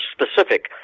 specific